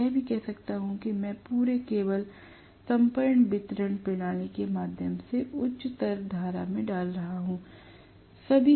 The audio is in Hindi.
मैं यह भी कह सकता हूं कि मैं पूरे केबल संपूर्ण वितरण प्रणाली के माध्यम से उच्चतर धारा में डाल रहा हूं